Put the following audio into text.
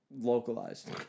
Localized